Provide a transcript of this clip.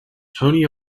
tony